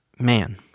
Man